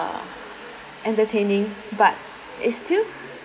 uh entertaining but it's still